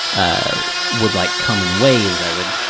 ah would like come in waves. i would